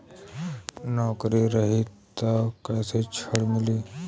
नौकरी रही त कैसे ऋण मिली?